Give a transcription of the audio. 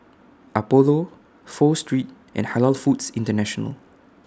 Apollo Pho Street and Halal Foods International